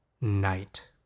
Night